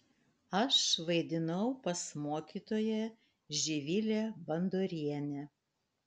aš vaidinau pas mokytoją živilę bandorienę